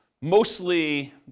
mostly